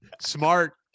Smart